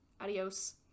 Adios